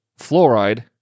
fluoride